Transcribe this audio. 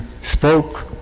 spoke